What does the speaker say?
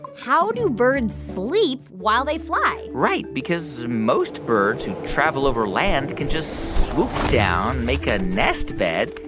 how do birds sleep while they fly? right, because most birds who travel over land can just swoop down, make a nest bed,